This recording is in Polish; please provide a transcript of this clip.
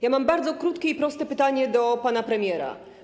Ja mam bardzo krótkie i proste pytanie do pana premiera.